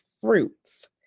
fruits